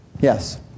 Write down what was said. yes